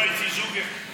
לא ראיתי זוג אחד.